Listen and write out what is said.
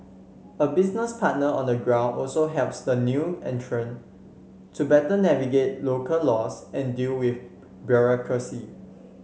a business partner on the ground also helps the new entrant to better navigate local laws and deal with bureaucracy